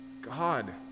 God